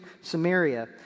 Samaria